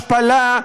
השפלה,